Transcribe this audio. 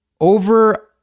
Over